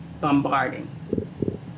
bombarding